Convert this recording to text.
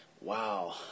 Wow